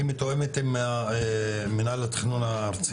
היא מתואמת עם מינהל התכנון הארצי.